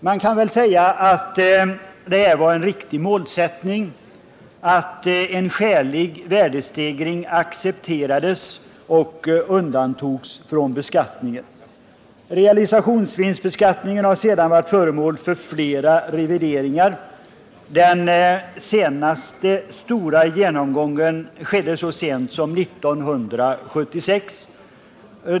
Man kan väl säga att det var en riktig målsättning att en skälig värdestegring accepterades och undantogs från beskattningen. Realisationsvinstbeskattningen har sedan varit föremål för flera revideringar; den senaste stora genomgången skedde så sent som 1976.